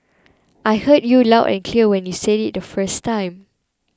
I heard you loud and clear when you said it the first time